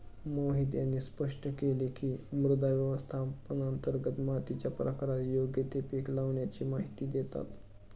मोहित यांनी स्पष्ट केले की, मृदा व्यवस्थापनांतर्गत मातीच्या प्रकारात योग्य ते पीक लावाण्याची माहिती देतात